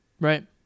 Right